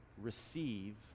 receive